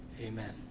Amen